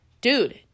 Dude